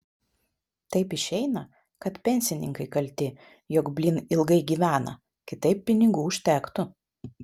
taip išeina kad pensininkai kalti jog blyn ilgai gyvena kitaip pinigų užtektų